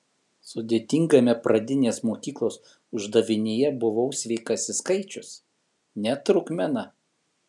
sudėtingame pradinės mokyklos uždavinyje buvau sveikasis skaičius ne trupmena